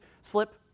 Slip